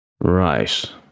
Right